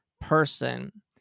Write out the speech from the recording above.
person